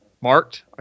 marked